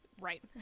Right